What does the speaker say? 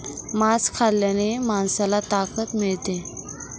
मांस खाल्ल्याने माणसाला ताकद मिळते